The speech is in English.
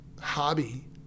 hobby